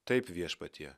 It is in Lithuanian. taip viešpatie